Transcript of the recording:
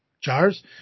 jars